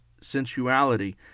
sensuality